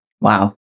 Wow